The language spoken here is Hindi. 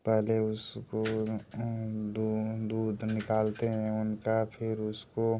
पहले उसको द दूध दूध निकालते हैं उनका फिर उसको